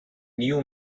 new